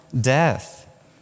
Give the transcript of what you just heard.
death